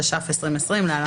התש"ף-2020 (להלן,